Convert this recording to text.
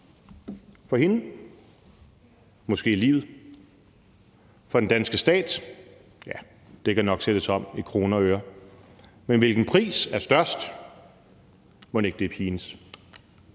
For hende måske livet. For den danske stat? Ja, det kan nok sættes om i kroner og øre. Men hvilken pris er størst? Mon ikke det er pigens?